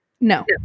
No